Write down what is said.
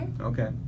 Okay